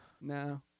No